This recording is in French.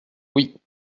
oui